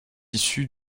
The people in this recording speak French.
issu